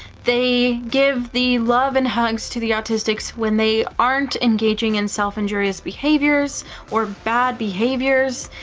they give the love and hugs to the autistics when they aren't engaging in self-injurious behaviors or bad behaviors,